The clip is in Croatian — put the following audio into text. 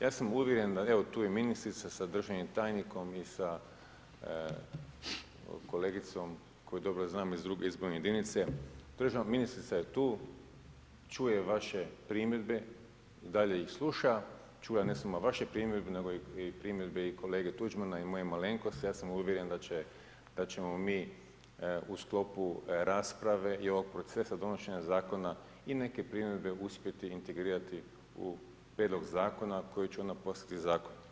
Ja sam uvjeren da evo tu je ministrica sa državnim tajnikom i sa kolegicom koju dobro znam iz druge izborne jedinice, državna ministrica je tu, čuje vaše primjedbe i dalje ih sluša, čuje ne samo vaše primjedbe nego i primjedbe kolege Tuđmana i moje malenkosti, ja sam uvjeren da ćemo mi u sklopu rasprave i ovog procesa donošenja zakona i neke primjedbe uspjeti integrirati u prijedlog zakona koji će onda postati zakon.